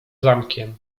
zamkiem